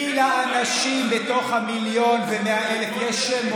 כי לאנשים בתוך המיליון ו-100,000 יש שמות